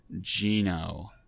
Gino